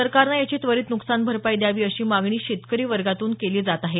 सरकारनं याची त्वरित न्कसान भरपाई द्यावी अशी मागणी शेतकरी वर्गातून केली जात आहे